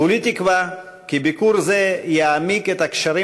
כולי תקווה כי ביקור זה יעמיק את הקשרים